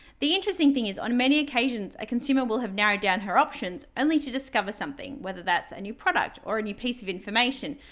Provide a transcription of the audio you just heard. the interesting thing is, on many occasions, a consumer will have narrowed down her options only to discover something, whether that's a new product or any piece of information,